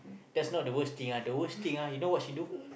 that's not the worst thing ah the worst thing ah you know what she do